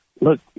Look